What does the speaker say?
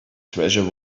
treasure